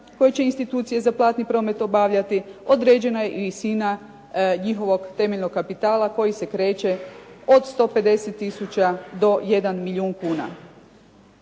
koje će institucije za platni promet obavljati određena je i visina njihovog temeljnog kapitala koji se kreće od 150 tisuća do 1 milijun kuna.